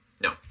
No